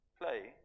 play